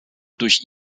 durch